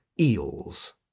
eels